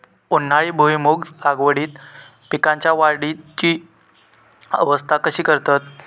उन्हाळी भुईमूग लागवडीत पीकांच्या वाढीची अवस्था कशी करतत?